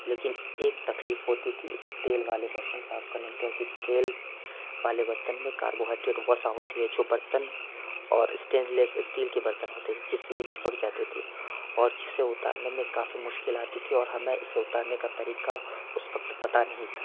لیکن ایک تکلیف ہوتی تھی تیل والے برتن صاف کرنے میں کیوں کہ تیل والے برتن میں کاربوہائڈریٹ وسا ہوتی ہے جو برتن اور اسٹینلیس اسٹیل کے برتن ہوتے جس سے یہ چپک جاتے تھے اور جسے اتارنے میں کافی مشکل آتی تھی اور ہمیں اسے اتارنے کا طریقہ اس وقت پتہ نہیں تھا